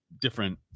different